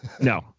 No